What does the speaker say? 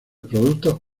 productos